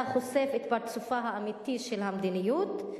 אתה חושף את פרצופה האמיתי של המדיניות.